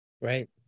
Right